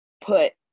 put